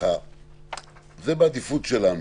זה בעדיפות שלנו.